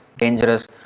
dangerous